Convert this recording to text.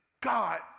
God